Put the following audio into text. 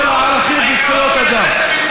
העיקרון שלי זה העיקרון של הערכים וזכויות אדם.